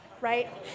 right